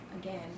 again